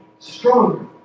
stronger